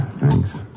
Thanks